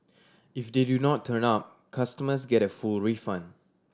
if they do not turn up customers get a full refund